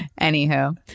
Anywho